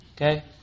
Okay